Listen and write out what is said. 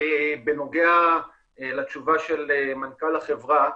בנוגע לתשובה של מנכ"ל החברה,